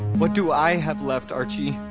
what do i have left, archie?